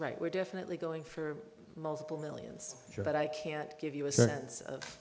right we're definitely going for multiple millions but i can't give you a sense of